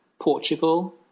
Portugal